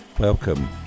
welcome